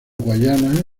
guyana